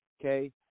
Okay